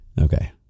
Okay